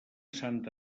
sant